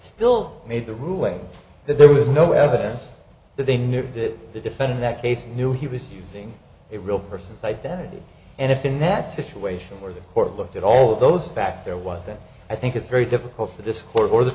still made the ruling that there was no evidence that they knew that the defendant that case knew he was using a real person's identity and if in that situation where the court looked at all those facts there was a i think it's very difficult for this court or the